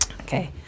Okay